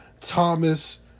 Thomas